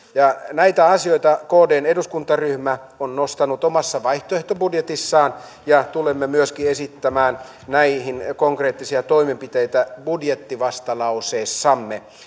näitä asioita kdn eduskuntaryhmä on nostanut omassa vaihtoehtobudjetissaan ja tulemme myöskin esittämään näihin konkreettisia toimenpiteitä budjettivastalauseessamme